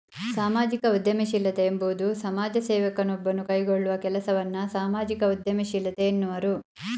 ಸಾಮಾಜಿಕ ಉದ್ಯಮಶೀಲತೆ ಎಂಬುವುದು ಸಮಾಜ ಸೇವಕ ನೊಬ್ಬನು ಕೈಗೊಳ್ಳುವ ಕೆಲಸವನ್ನ ಸಾಮಾಜಿಕ ಉದ್ಯಮಶೀಲತೆ ಎನ್ನುವರು